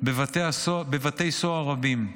בבתי סוהר רבים.